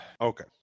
Okay